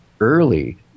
early